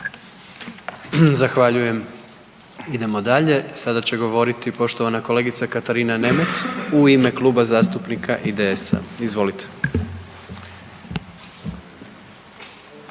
Zahvaljujem. Idemo dalje, sada će govoriti poštovana kolegica Katarina Nemet u ime Kluba zastupnika IDS-a. Izvolite.